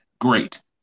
Great